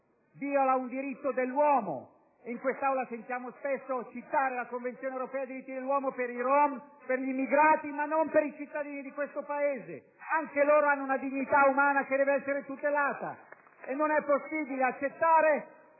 viola un diritto dell'uomo. In quest'Aula, sentiamo spesso citare la Convenzione europea per i diritti dell'uomo per i Rom, per gli immigrati, ma non per i cittadini di questo Paese. Anche loro hanno una dignità umana che deve essere tutelata! *(Applausi dai